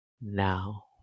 now